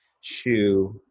shoe